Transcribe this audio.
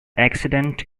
accident